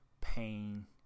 Pain